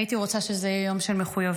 הייתי רוצה שזה יהיה יום של מחויבות,